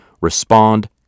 Respond